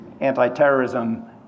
anti-terrorism